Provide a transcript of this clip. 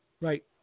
Right